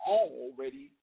already